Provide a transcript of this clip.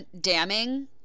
damning